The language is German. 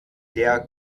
der